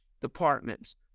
departments